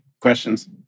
Questions